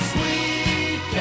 Sweet